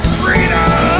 freedom